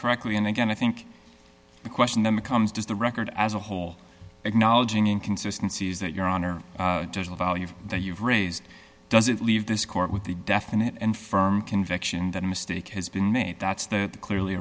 correctly and again i think the question then becomes does the record as a whole acknowledging inconsistencies that your honor doesn't value that you've raised doesn't leave this court with a definite and firm conviction that a mistake has been made that's that clearly